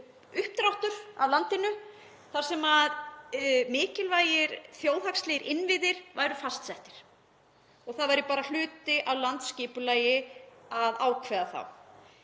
uppdráttur af landinu þar sem mikilvægir þjóðhagslegir innviðir væru fastsettir. Það væri bara hluti af landsskipulagi að ákveða þá.